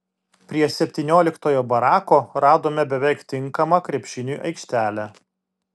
prie septynioliktojo barako radome beveik tinkamą krepšiniui aikštelę